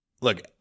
Look